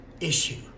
issue